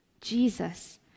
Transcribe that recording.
Jesus